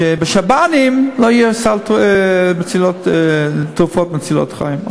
שבשב"נים לא יהיו תרופות מצילות חיים.